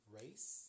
race